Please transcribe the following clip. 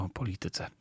polityce